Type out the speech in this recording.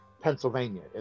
Pennsylvania